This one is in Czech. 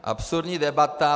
Absurdní debata.